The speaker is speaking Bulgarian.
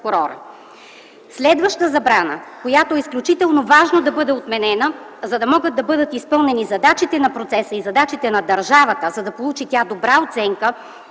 Следваща забрана, която е изключително важно да бъде отменена, за да могат да бъдат изпълнени задачите на процеса и задачите на държавата, за да получи тя добра оценка